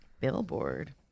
Billboard